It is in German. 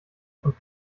von